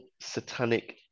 satanic